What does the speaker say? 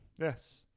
Yes